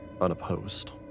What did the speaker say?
unopposed